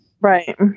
Right